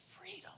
freedom